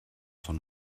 von